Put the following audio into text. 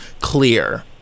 clear